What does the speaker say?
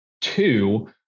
Two